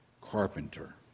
carpenter